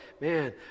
man